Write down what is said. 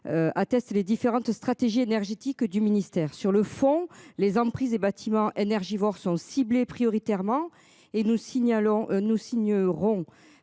Attestent les différentes stratégies énergétiques du ministère sur le fond les emprises des bâtiments énergivores sont ciblés prioritairement et nous signalons